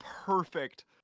Perfect